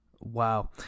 Wow